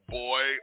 boy